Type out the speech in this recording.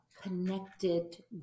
connected